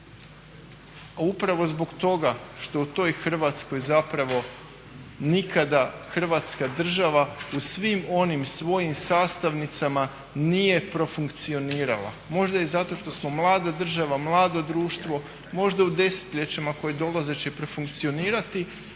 A upravo zbog toga što u toj Hrvatskoj zapravo nikada Hrvatska država u svim onim svojim sastavnicama nije profunkcionirala. Možda i zato što smo mlada država, mlado društvo, možda u desetljećima koji dolaze će profunkcionirati.